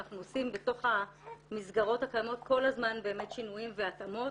אנחנו עושים בתוך המסגרות הקיימות כל הזמן באמת שינויים והתאמות,